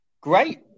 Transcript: great